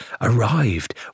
arrived